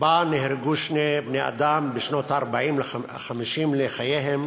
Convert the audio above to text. שבה נהרגו שני בני-אדם בשנות ה-40, ה-50, לחייהם,